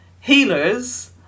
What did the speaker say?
healers